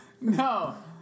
No